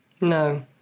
No